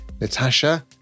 Natasha